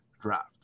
draft